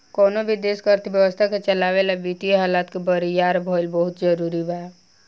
कवनो भी देश के अर्थव्यवस्था के चलावे ला वित्तीय हालत के बरियार भईल बहुते जरूरी बा